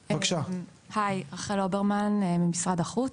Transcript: היי, רחל אוברמן ממשרד החוץ.